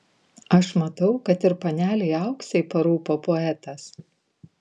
aš matau kad ir panelei auksei parūpo poetas